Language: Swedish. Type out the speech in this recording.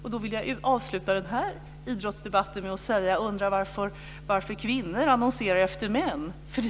Jag vill avsluta den idrottsdebatten med att säga: Jag undrar varför kvinnor annonserar efter män.